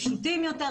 פשוטים יותר,